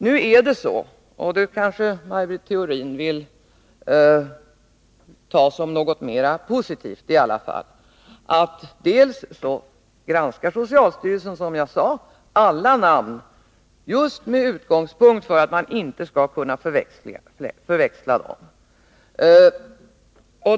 Nu är det så — och det kanske Maj Britt Theorin vill se som något mera positivt i alla fall — att socialstyrelsen, som jag sade, granskar alla namn just med utgångspunkt i att man inte skall kunna förväxla dem.